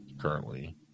currently